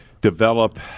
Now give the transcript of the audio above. develop